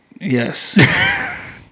Yes